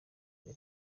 iryo